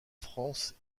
france